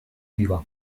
biła